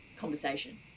conversation